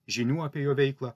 žinių apie jo veiklą